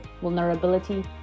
vulnerability